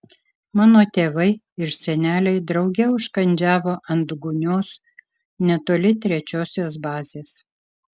mano tėvai ir seneliai drauge užkandžiavo ant gūnios netoli trečiosios bazės